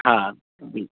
हा जी